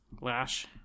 Lash